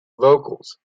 vocals